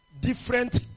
different